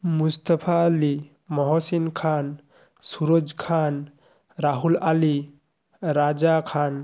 Mustafa Ali Mohsin Khan Suraj Khan Rahul Ali Raja Khan